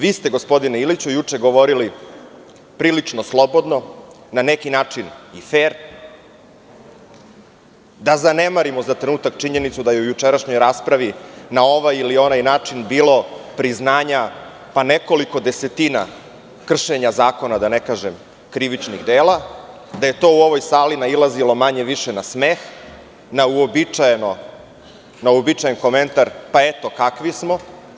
Vi ste gospodine Iliću, juče govorili prilično slobodno, na neki način i fer, da zanemarimo na trenutak činjenicu da je u jučerašnjoj raspravi, na ovaj ili onaj način, bilo priznanja, pa nekoliko desetina kršenja zakona, da ne kažem, krivičnih dela i da je to u ovoj sali nailazilo, manje više na smeh, na uobičajen komentar – pa eto kakvi smo.